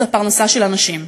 זו פרנסה של אנשים.